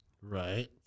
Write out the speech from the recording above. Right